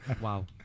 Wow